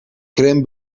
crème